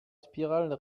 spirale